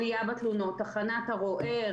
עלייה בתלונות תחנת ערוער,